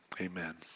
amen